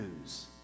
news